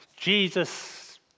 Jesus